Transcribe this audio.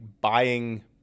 buying